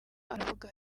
aravuga